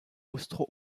austro